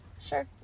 Sure